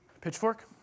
Pitchfork